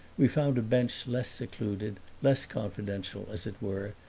we found a bench less secluded, less confidential, as it were,